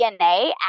DNA